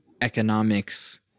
economics